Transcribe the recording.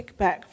kickback